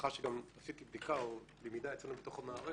לאחר שגם עשיתי בדיקה או למידה אצלנו במערכת,